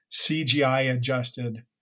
CGI-adjusted